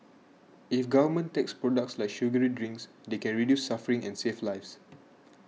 if governments tax products like sugary drinks they can reduce suffering and save lives